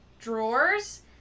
drawers